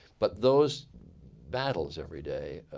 but those battles every day,